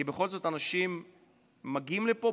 כי בכל זאת אנשים מגיעים לפה,